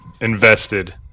invested